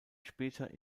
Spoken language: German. später